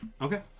Okay